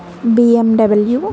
BMW